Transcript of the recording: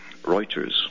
Reuters